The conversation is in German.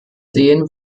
sehen